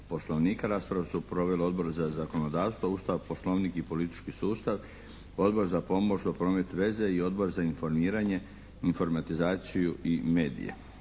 Poslovnika. Raspravu su proveli Odbor za zakonodavstvo, Ustav, Poslovnik i politički sustav, Odbor za pomorstvo, promet i veze i Odbor za informiranje, informatizaciju i medije.